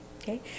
okay